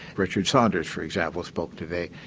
richard saunders for example spoke today.